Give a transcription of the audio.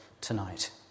tonight